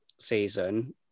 season